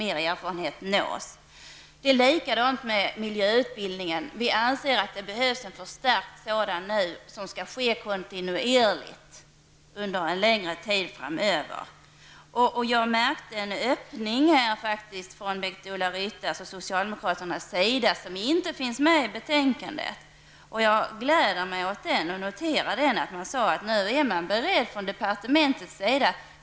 Det förhåller sig på samma sätt med miljöutbildningen. Vi anser att det nu behövs en sådan -- en utbildning som skall ske kontinuerligt under en längre tid framöver. I Bengt-Ola Ryttars anförande kunde jag märka en öppning från socialdemokraternas sida, som inte kan skönjas i betänkandet. Jag glädjer mig åt denna öppning och tolkar det som att man nu inom departementet är beredd att ompröva resurstilldelningen.